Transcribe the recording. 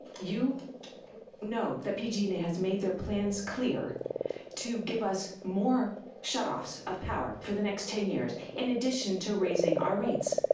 you know that pg and e has made their plans clear to give us more shutoffs of power for the next ten years, in addition to raising our rates.